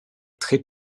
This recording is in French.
très